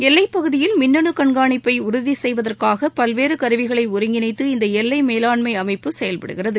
எல்லை பகுதியில் மினனனு கண்கானிப்பை உறுதி செய்வதற்காக பல்வேறு கருவிகளை ஒருங்கிணைத்து இந்த எல்லை மேலாண்மை அமைப்பு செயல்படுகிறது